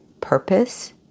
purpose